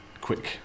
quick